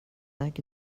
like